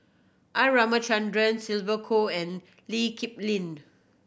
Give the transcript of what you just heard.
R Ramachandran Sylvia Kho and Lee Kip Lin